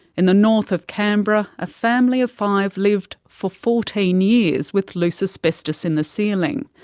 in the north of canberra a family of five lived for fourteen years with loose asbestos in the ceiling,